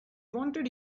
wanted